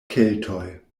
keltoj